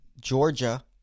Georgia